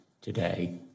today